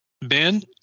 Ben